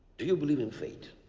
do you believe in fate?